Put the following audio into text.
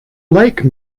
like